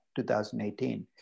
2018